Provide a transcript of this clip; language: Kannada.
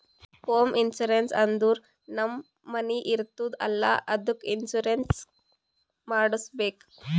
ಹೋಂ ಇನ್ಸೂರೆನ್ಸ್ ಅಂದುರ್ ನಮ್ ಮನಿ ಇರ್ತುದ್ ಅಲ್ಲಾ ಅದ್ದುಕ್ ಇನ್ಸೂರೆನ್ಸ್ ಮಾಡುಸ್ಬೇಕ್